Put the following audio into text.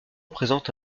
présente